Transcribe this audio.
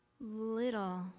little